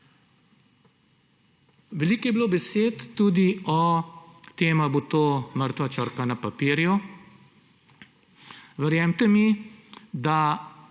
Veliko je bilo besed tudi o tem, ali bo to mrtva črka na papirju. Verjemite mi, da